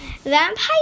Vampire